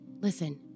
listen